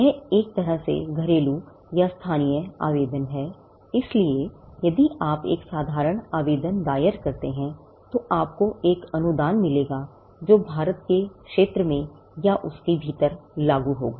यह एक तरह से घरेलू या स्थानीय आवेदन है इसलिए यदि आप एक साधारण आवेदन दायर करते हैं तो आपको एक अनुदान मिलेगा जो भारत के क्षेत्र में या उसके भीतर लागू होगा